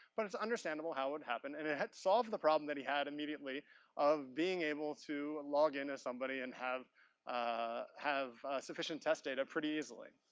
but it's understandable how it happened and it solved the problem that he had immediately of being able to log in as somebody and have ah have sufficient test data pretty easily.